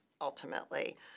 ultimately